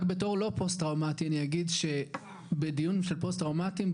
רק בתור לא פוסט טראומטי אני אגיד שבדיון של פוסט טראומטיים,